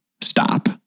stop